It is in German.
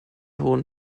hohen